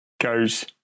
goes